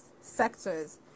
sectors